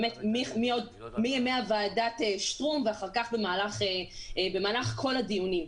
מימי ועדת שטרום ואחר כך במהלך כל הדיונים.